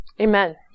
Amen